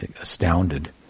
astounded